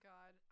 God